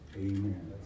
Amen